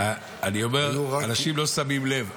אני אומר: אנשים לא שמים לב.